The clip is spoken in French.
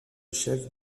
chèvres